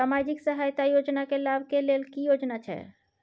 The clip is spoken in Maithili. सामाजिक सहायता योजना के लाभ के लेल की योग्यता छै?